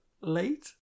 late